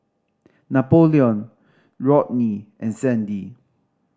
Napoleon Rodney and Sandy